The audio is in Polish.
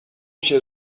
się